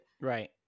right